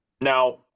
Now